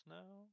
now